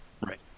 right